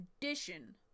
condition